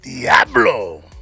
Diablo